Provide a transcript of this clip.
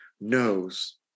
knows